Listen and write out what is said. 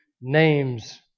names